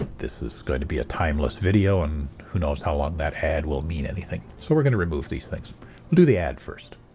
this is going to be a timeless video and who knows how long that ad will mean anything. so we're going to remove these things. we'll do the ad first.